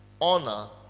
honor